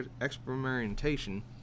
experimentation